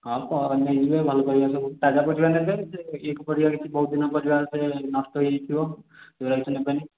ହଁ କ'ଣ ନେଇଯିବେ ଭଲ ପରିବା ସବୁ ତାଜା ପରିବା ନେବେ ଇଏ ପରିବା ସବୁ ବହୁତ ଦିନ ପରିବା ନଷ୍ଟ ହେଇଯାଇଥିବ ସେଗୁଡ଼ା କିଛି ନେବେନି